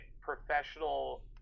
professional